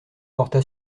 porta